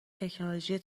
تکنولوژی